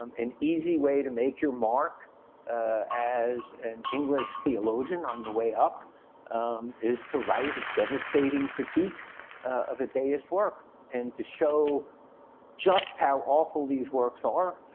um an easy way to make your mark as an english theologian on the way up is to write a devastating critique of a deist work and to show just how awful these works are,